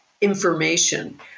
information